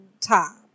time